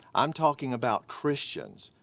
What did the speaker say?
i'm talking about christians,